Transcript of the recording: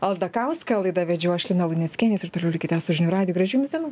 aldakauską laidą vedžiau aš lina luneckienė jūs ir toliau likite su žinių radiju gražių jums dienų